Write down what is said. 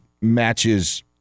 matches